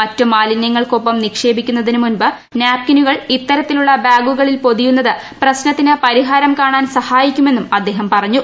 മറ്റ് മാലിന്യങ്ങൾക്ക് ഒപ്പം നിക്ഷേപിക്കും മുമ്പ് നാപ്കിനുകൾ ഇത്തരത്തിലുളള ബാഗുകളിൽ പൊതിയുന്നത് പ്രശ്നത്തിന് പരിഹാരം കാണാൻ സഹായിക്കുമെന്നും അദ്ദേഹം പറഞ്ഞു